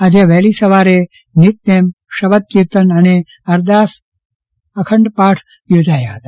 આજે વહેલી સવારે નીતનેમ શબદ કીર્તન અને અરદાસ અખંડ પાઠ યોજાયા હતા